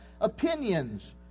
Opinions